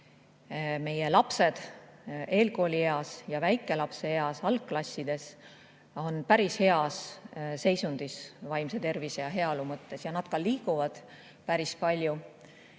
meie lapsed väikelapseeas ja eelkoolieas, ka algklassides on päris heas seisundis vaimse tervise ja heaolu mõttes, ja nad ka liiguvad päris palju.